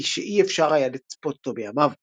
ושאי אפשר היה לצפות אותו בימיו.